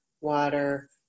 water